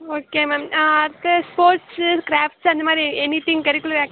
okay ma'am அடுத்தது sports crafts அந்தமாதிரி anything curricular activities